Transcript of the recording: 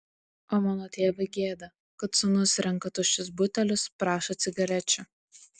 o mano tėvui gėda kad sūnus renka tuščius butelius prašo cigarečių